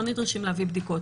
לא נדרשים להביא בדיקות.